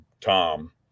Tom